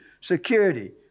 security